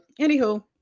anywho